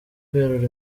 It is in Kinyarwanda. kwerura